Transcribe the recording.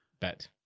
bet